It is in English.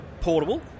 portable